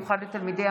האלה: